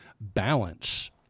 balance